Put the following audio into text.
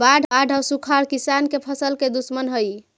बाढ़ आउ सुखाड़ किसान के फसल के दुश्मन हइ